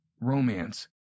romance